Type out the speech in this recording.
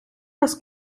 нас